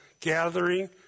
gathering